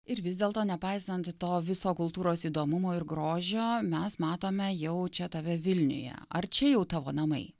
ir vis dėlto nepaisant to viso kultūros įdomumo ir grožio mes matome jau čia tave vilniuje ar čia jau tavo namai